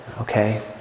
Okay